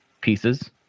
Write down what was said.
pieces